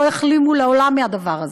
לא יחלימו לעולם מהדבר הזה,